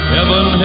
Heaven